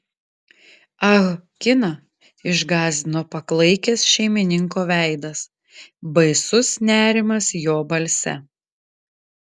ah kiną išgąsdino paklaikęs šeimininko veidas baisus nerimas jo balse